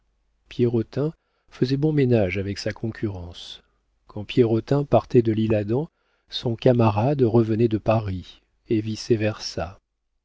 pierrotin faisait bon ménage avec sa concurrence quand pierrotin partait de l'isle-adam son camarade revenait de paris